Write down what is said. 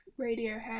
Radiohead